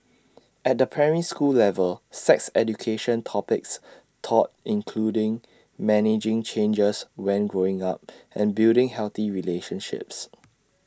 at the primary school level sex education topics taught including managing changes when growing up and building healthy relationships